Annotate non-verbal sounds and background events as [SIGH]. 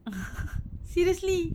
[LAUGHS] seriously